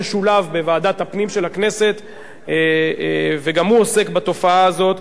ששולב בוועדת הפנים של הכנסת וגם הוא עוסק בתופעה הזאת,